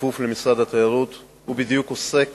שכפוף למשרד התיירות, עוסק